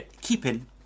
keeping